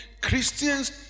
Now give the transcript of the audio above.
Christians